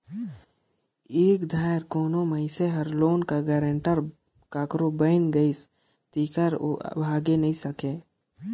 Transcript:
एक धाएर कोनो मइनसे हर लोन कर गारंटर काकरो बइन गइस तेकर ओ भागे नी सके